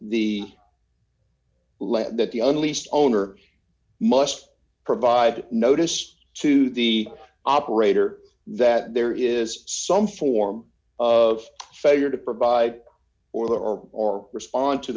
lead that the unleased owner must provide notice to the operator that there is some form of failure to provide or or respond to